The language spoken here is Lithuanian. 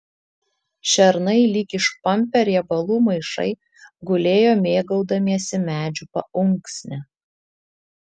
šernai lyg išpampę riebalų maišai gulėjo mėgaudamiesi medžių paunksne